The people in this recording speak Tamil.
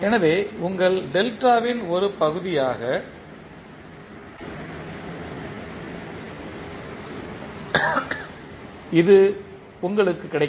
எனவே உங்கள் டெல்டாவின் ஒரு பகுதியாக இது உங்களுக்குக் கிடைக்கும்